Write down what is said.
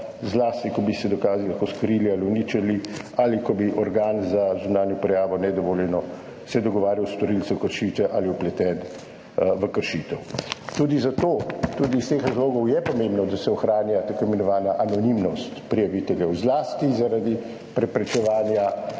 zlasti ko bi se dokazi lahko skrili ali uničili ali ko bi se organ za zunanjo prijavo nedovoljeno dogovarjal s storilcem kršitve ali je vpleten v kršitev. Tudi zato, tudi iz teh razlogov je pomembno, da se ohranja tako imenovana anonimnost prijaviteljev. Zlasti zaradi preprečevanja